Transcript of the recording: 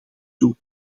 toe